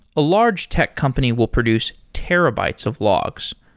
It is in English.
a large tech company will produce terabytes of logs.